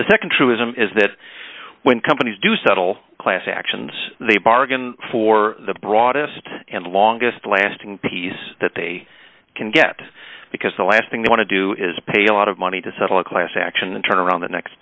the nd truism is that when companies do settle class actions they bargain for the broadest and longest lasting peace that they can get because the last thing they want to do is pay a lot of money to settle a class action and turn around the next